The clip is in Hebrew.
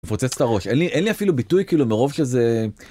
מפוצץ את הראש. אין לי... אין לי אפילו ביטוי, כאילו, מרוב שזה...